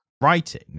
writing